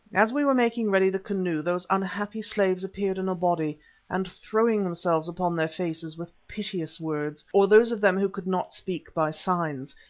as we were making ready the canoe those unhappy slaves appeared in a body and throwing themselves upon their faces with piteous words, or those of them who could not speak, by signs,